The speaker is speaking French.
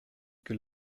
que